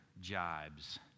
jibes